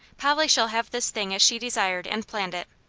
polly shall have this thing as she desired and planned it.